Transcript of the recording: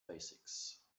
basics